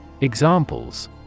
Examples